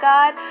God